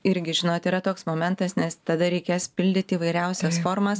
irgi žinot yra toks momentas nes tada reikės pildyti įvairiausias formas